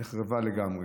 נחרבה לגמרי,